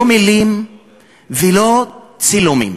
לא מילים ולא צילומים.